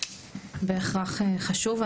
בהכרח חשוב,